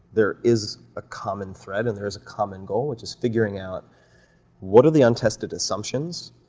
there is a common thread and there is a common goal, which is figuring out what are the untested assumptions,